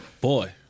boy